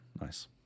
Nice